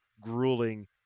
grueling